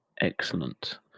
excellent